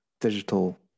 digital